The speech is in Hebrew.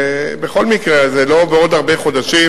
בכל מקרה, זה לא בעוד הרבה חודשים,